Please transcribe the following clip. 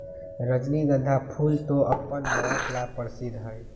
रजनीगंधा फूल तो अपन महक ला प्रसिद्ध हई